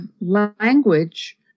language